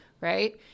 right